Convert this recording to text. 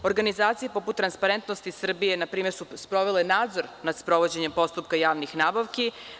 Organizacija poput „Transparentnosti Srbije“ su sprovele nadzor nad sprovođenjem postupka javnih nabavki.